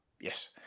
Yes